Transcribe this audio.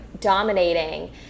dominating